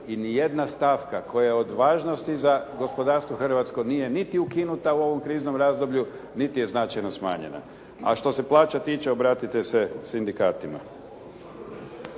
i nijedna stavka koja od važnosti za gospodarstvo hrvatsko nije niti ukinuta u ovom kriznom razdoblju niti je značajno smanjena. A što se plaća tiče obratite se sindikatima.